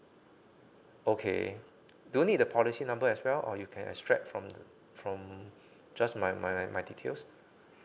okay don't need the policy number as well or you can extract from from just my my my details